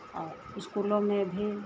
और इस्कूलों में भी